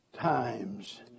times